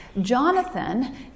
Jonathan